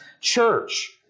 church